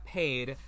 paid